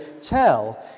tell